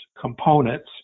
components